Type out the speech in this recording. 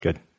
Good